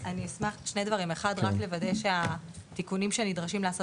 שני דברים: 1. רק לוודא שהתיקונים שנדרשים לעשות